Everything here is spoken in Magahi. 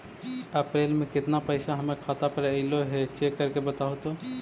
अप्रैल में केतना पैसा हमर खाता पर अएलो है चेक कर के बताहू तो?